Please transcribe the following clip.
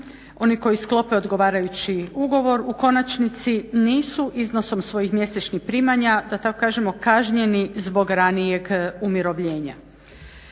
oni koji sklope odgovarajući ugovor u konačnici nisu iznosom svojih mjesečnih primanja da tako kažemo kažnjeni zbog ranijeg umirovljenja.